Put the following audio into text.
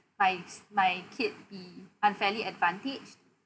my my kid be unfairly advantage